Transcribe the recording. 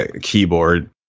keyboard